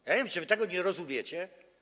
Ja nie wiem, czy wy tego nie rozumiecie?